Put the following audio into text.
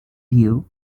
view